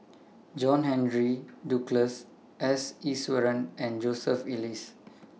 John Henry Duclos S Iswaran and Joseph Elias